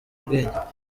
ubwenge